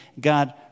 God